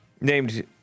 named